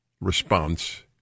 response